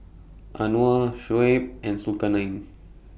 Anuar Shoaib and Zulkarnain